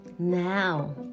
Now